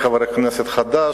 כחבר כנסת חדש,